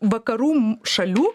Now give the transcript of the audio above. vakarų šalių